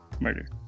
Murder